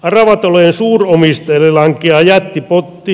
aravatalojen suuromistajille lankeaa jättipotti